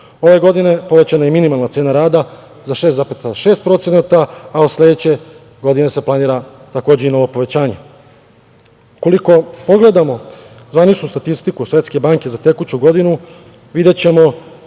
Ove godine povećana je i minimalna cena rada za 6,6%, a od sledeće godine se planira takođe i novo povećanje. Ukoliko pogledamo zvaničnu statistiku Svetske banke za tekuću godinu videćemo